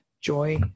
joy